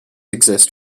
exist